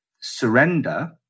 surrender